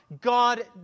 God